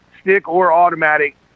stick-or-automatic